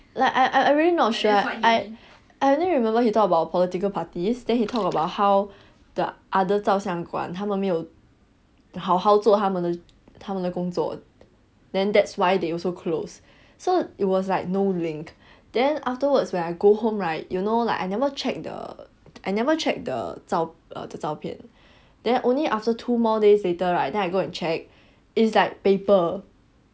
like I I I really not sure I I only remember he talk about political parties then he talked about how the other 照相馆他们没有好好做他们他们的工作 then that's why they also close so it was like no link then afterwards when I go home right you know like I never check the I never check the 照 the 照片 then only after two more days later right then I go and check is like paper